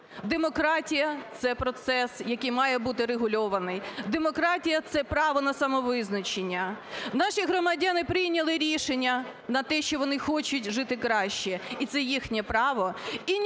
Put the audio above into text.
Демократія – це процес, який має бути регульований. Демократія – це право на самовизначення. Наші громадяни прийняли рішення на те, що вони хочуть жити краще, і це їхнє право.